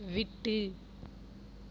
விட்டு